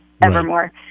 evermore